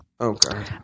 Okay